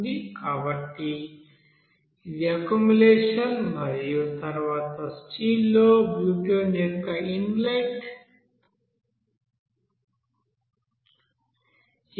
కాబట్టి ఇది అక్యుములేషన్ మరియు తరువాత స్టీల్ లో బ్యూటేన్ యొక్క ఇన్లెట్ ఏమిటి